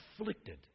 afflicted